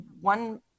one